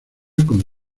con